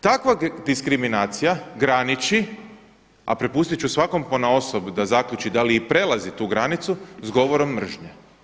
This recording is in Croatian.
Takva diskriminacija graniči, a prepustit ću svakom ponaosob da zaključi da li i prelazi tu granicu, s govorom mržnje.